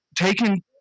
taking